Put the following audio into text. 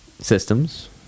systems